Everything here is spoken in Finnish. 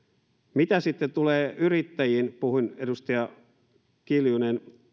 mitä sitten tulee yrittäjiin puhuin edustaja kiljunen